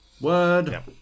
word